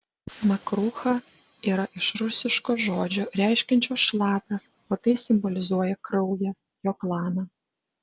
makrucha yra iš rusiško žodžio reiškiančio šlapias o tai simbolizuoja kraują jo klaną